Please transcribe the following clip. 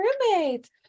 roommate